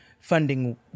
funding